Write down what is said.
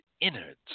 innards